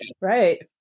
Right